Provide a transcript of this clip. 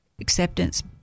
acceptance